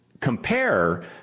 compare